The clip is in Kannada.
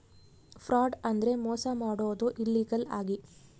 ಫ್ರಾಡ್ ಅಂದ್ರೆ ಮೋಸ ಮಾಡೋದು ಇಲ್ಲೀಗಲ್ ಆಗಿ